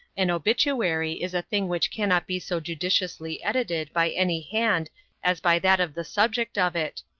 an obituary is a thing which cannot be so judiciously edited by any hand as by that of the subject of it.